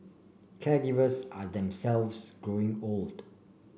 caregivers are themselves growing old